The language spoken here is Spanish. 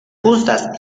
justas